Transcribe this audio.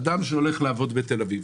אדם שהולך לעבוד בתל אביב